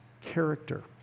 character